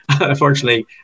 Unfortunately